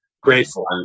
Grateful